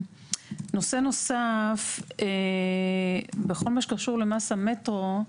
נושא נוסף, בכל מה שקשור למס המטרו,